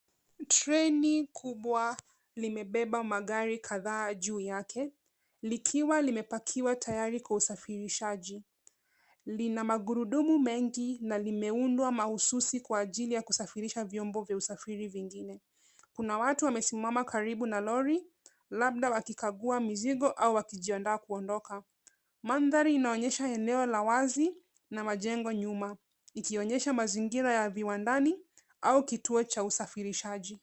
Treni kubwa limebeba magari kadhaa juu yake likiwa limepakiwa tayari kwa usafirishaji. Lina magurudumu mengi na limeundwa mahususi kwa ajili ya kusafirisha vyombo vya usafiri vingine. Kuna watu wamesimama karibu na lori, labda wakikagua mizigo au wakijiandaa kuondoka. Mandhari inaonyesha eneo la wazi na majengo nyuma ikonyesha mazingira ya viwandani au kituo cha usafirishaji.